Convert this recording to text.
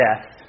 death